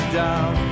down